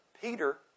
Peter